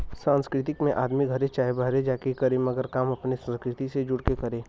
सांस्कृतिक में आदमी घरे चाहे बाहरे जा के करे मगर काम अपने संस्कृति से जुड़ के करे